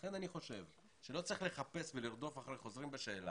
לכן אני חושב שלא צריך לחפש ולרדוף אחרי חוזרים בשאלה